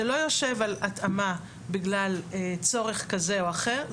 זה לא יושב על התאמה בגלל צורך כזה או אחר,